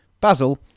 Basil